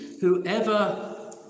whoever